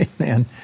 Amen